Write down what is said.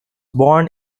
born